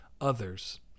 others